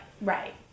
right